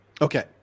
okay